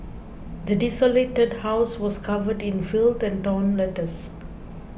the desolated house was covered in filth and torn letters